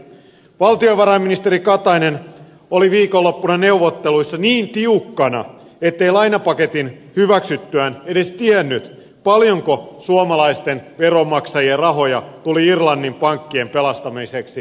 valtiovarainministeri katainen oli viikonloppuna neuvotteluissa niin tiukkana ettei lainapaketin hyväksyttyään edes tiennyt paljonko suomalaisten veronmaksajien rahoja tuli irlannin pankkien pelastamiseksi luvanneeksi